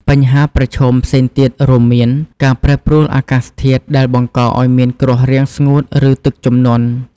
បញ្ហាប្រឈមផ្សេងទៀតរួមមានការប្រែប្រួលអាកាសធាតុដែលបង្កឱ្យមានគ្រោះរាំងស្ងួត ឬទឹកជំនន់។